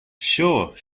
sure